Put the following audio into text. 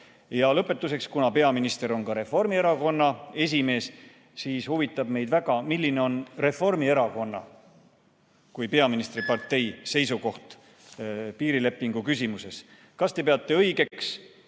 on? Lõpetuseks, kuna peaminister on ka Reformierakonna esimees, siis huvitab meid väga, milline on Reformierakonna kui peaministripartei seisukoht piirilepingu küsimuses. Kas te peate õigeks